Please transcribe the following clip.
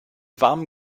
warmen